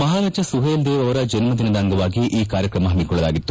ಮಹಾರಾಜ ಸುಹೇಲ್ದೇವ್ ಅವರ ಜನ್ನದಿನದ ಅಂಗವಾಗಿ ಈ ಕಾರ್ಯಕ್ರಮ ಹಮ್ಹಿಕೊಳ್ಳಲಾಗಿತ್ತು